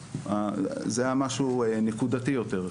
זה היה משהו נקודתי יותר,